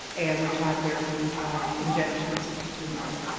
and we tried therapy, we tried injections. didn't work.